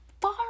far